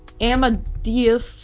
Amadeus